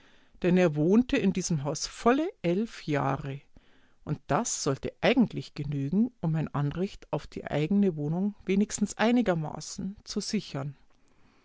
denn er wohnte in diesem hause volle elf jahre und das sollte eigentlich genügen um ein anrecht auf die eigene wohnung wenigstens einigermaßen zu sichern